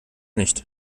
nicht